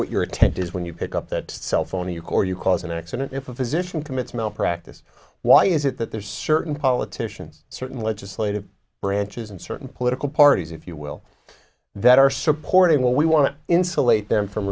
what your attempt is when you pick up that cell phone you or you cause an accident if a physician commits malpractise why is it that there are certain politicians certain legislative branches and certain political parties if you will that are supporting what we want to insulate them from